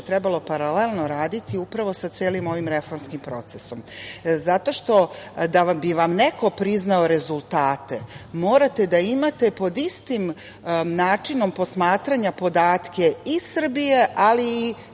trebalo paralelno raditi upravo sa celim ovim reformskim procesom. Zato što, da bi vam neko priznao rezultate morate da imate pod istim načinom posmatranja podatke i Srbije, ali i